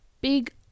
big